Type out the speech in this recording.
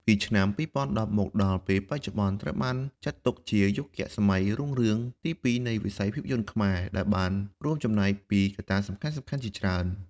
ពីឆ្នាំ២០១០មកដល់ពេលបច្ចុប្បន្ន ត្រូវបានចាត់ទុកជាយុគសម័យរុងរឿងទីពីរនៃវិស័យភាពយន្តខ្មែរ ដែលបានរួមចំណែកពីកត្តាសំខាន់ៗជាច្រើន។